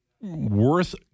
worth